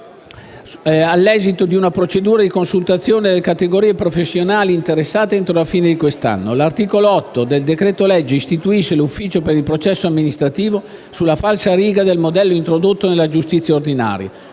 all'esito di un procedura di consultazione delle categorie di professionisti interessate, entro la fine di quest'anno. L'articolo 8 del decreto-legge istituisce l'ufficio per il processo amministrativo sulla falsariga del modello introdotto nella giustizia ordinaria.